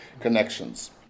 connections